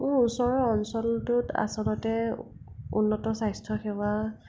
মোৰ ওচৰৰ অঞ্চলটোত আচলতে উন্নত স্বাস্থ্যসেৱা